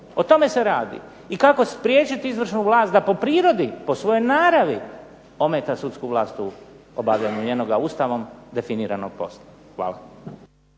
O tome se radi i kako spriječiti izvršnu vlast da po prirodi, po svojoj naravi ometa sudsku vlast u obavljanju njenoga Ustavom definiranog posla. Hvala.